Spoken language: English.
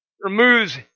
removes